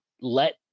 let